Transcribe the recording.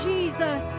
Jesus